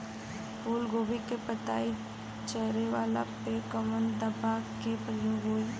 फूलगोभी के पतई चारे वाला पे कवन दवा के प्रयोग होई?